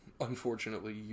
unfortunately